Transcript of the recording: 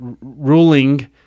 ruling